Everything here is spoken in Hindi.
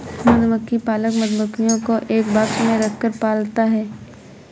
मधुमक्खी पालक मधुमक्खियों को एक बॉक्स में रखकर पालता है